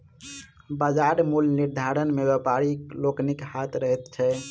बाजार मूल्य निर्धारण मे व्यापारी लोकनिक हाथ रहैत छै